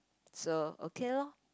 so okay loh